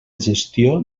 gestió